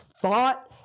thought